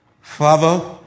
Father